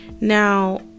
Now